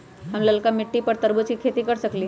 हम लालका मिट्टी पर तरबूज के खेती कर सकीले?